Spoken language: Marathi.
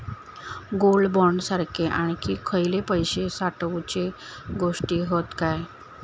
गोल्ड बॉण्ड सारखे आणखी खयले पैशे साठवूचे गोष्टी हत काय?